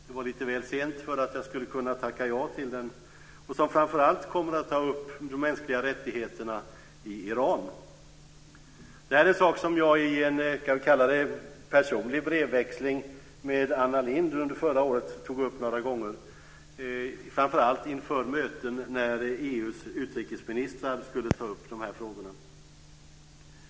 Det var lite väl sent för att jag skulle kunna tacka ja till den. Den kommer framför allt att ta upp de mänskliga rättigheterna i Iran. Det är en sak som jag i en, kan vi kalla det, personlig brevväxling med Anna Lindh tog upp några gånger under förra året. Det var framför allt inför möten där EU:s utrikesministrar skulle ta upp de här frågorna.